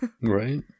Right